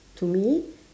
to me